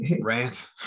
rant